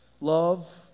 love